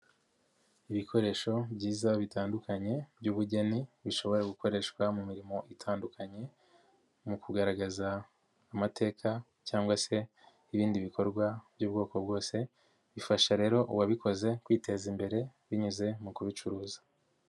Ibikoresho byiza bitandukanye by'ubugeni bishobora gukoreshwa mu mirimo itandukanye mu kugaragaza amateka cyangwa se ibindi bikorwa by'ubwoko bwose, bifasha rero uwabikoze kwiteza imbere binyuze mu kubicuruza.